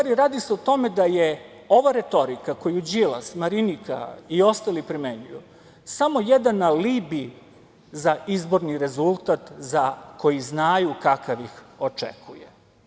Radi se o tome da je ova retorika koju Đilas, Marinika i ostali primenjuju samo jedan alibi za izborni rezultat za koji znaju kakav ih očekuje.